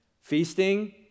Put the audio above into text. Feasting